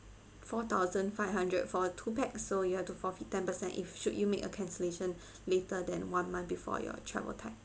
four thousand five hundred for two pax so you have to forfeit ten percent if should you make a cancellation later than one month before your travel time